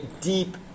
deep